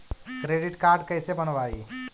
Credit card कैसे बनवाई?